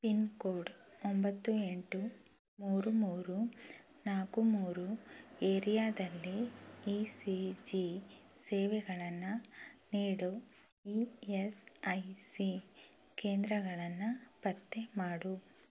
pin code ಒಂಬತ್ತು ಎಂಟು ಮೂರು ಮೂರು ನಾಲ್ಕು ಮೂರು ಏರಿಯಾದಲ್ಲಿ ಇ ಸಿ ಜಿ ಸೇವೆಗಳನ್ನು ನೀಡೋ ಇ ಎಸ್ ಐ ಸಿ ಕೇಂದ್ರಗಳನ್ನು ಪತ್ತೆ ಮಾಡು